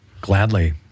Gladly